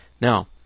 now